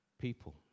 people